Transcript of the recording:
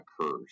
occurs